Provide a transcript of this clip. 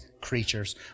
creatures